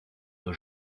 nos